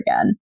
again